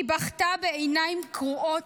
היא בכתה בעיניים קרועות,